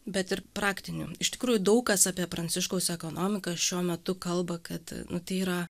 bet ir praktinių iš tikrųjų daug kas apie pranciškaus ekonomiką šiuo metu kalba kad nu tai yra